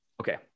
Okay